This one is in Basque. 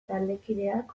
taldekideak